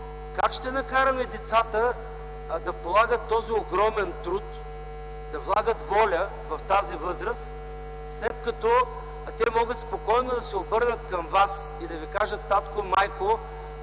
Как ще накараме децата да полагат този огромен труд, да влагат воля в тази възраст, след като те могат спокойно да се обърнат към вас и да ви кажат: „Татко, майко,